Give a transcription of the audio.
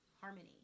harmony